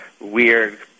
weird